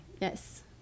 Yes